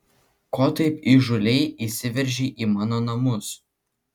ko taip įžūliai įsiveržei į mano namus